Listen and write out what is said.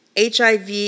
HIV